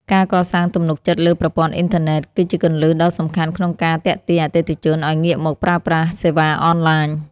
ការកសាងទំនុកចិត្តលើប្រព័ន្ធអ៊ីនធឺណិត គឺជាគន្លឹះដ៏សំខាន់ក្នុងការទាក់ទាញអតិថិជនឱ្យងាកមកប្រើប្រាស់សេវាអនឡាញ។